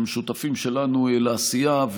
הם שותפים שלנו לעשייה,